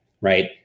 right